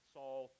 Saul